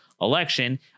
election